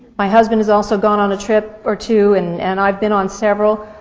my husband's also gone on a trip or two, and and i've been on several.